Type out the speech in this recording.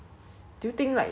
maybe not hundred